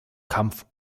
kampf